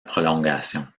prolongation